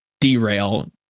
derail